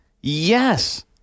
Yes